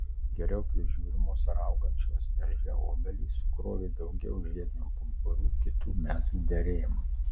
geriau prižiūrimos ar augančios darže obelys sukrovė daugiau žiedinių pumpurų kitų metų derėjimui